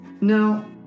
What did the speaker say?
No